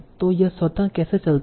तो यह स्वत कैसे चलता है